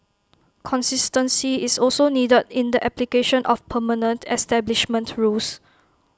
consistency is also needed in the application of permanent establishment rules